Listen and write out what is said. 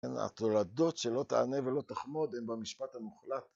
התורדות של לא תענה ולא תחמוד הם במשפט המוחלט.